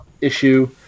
issue